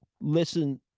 listen